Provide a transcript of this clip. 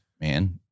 man